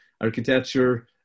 architecture